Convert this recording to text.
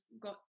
got